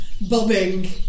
bobbing